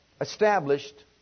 established